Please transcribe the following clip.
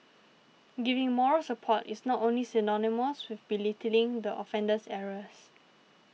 giving moral support is not synonymous with belittling the offender's errors